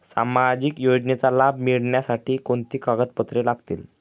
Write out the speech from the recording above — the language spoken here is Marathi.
सामाजिक योजनेचा लाभ मिळण्यासाठी कोणती कागदपत्रे लागतील?